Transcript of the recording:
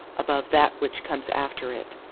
above that which comes after it.